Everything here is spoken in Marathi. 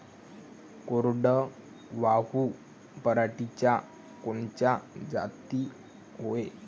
कोरडवाहू पराटीच्या कोनच्या जाती हाये?